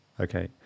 Okay